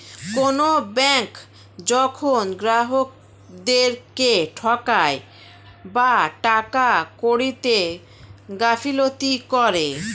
কোনো ব্যাঙ্ক যখন গ্রাহকদেরকে ঠকায় বা টাকা কড়িতে গাফিলতি করে